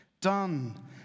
done